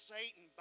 Satan